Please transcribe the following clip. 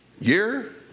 Year